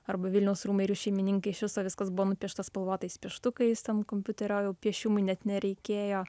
arba vilniaus rūmai ir jų šeimininkai iš viso viskas buvo nupiešta spalvotais pieštukais ten kompiuterio piešimui net nereikėjo